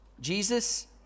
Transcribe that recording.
Jesus